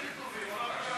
התשע"ז 2016, נתקבל.